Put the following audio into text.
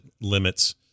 limits